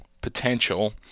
potential